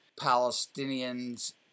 Palestinians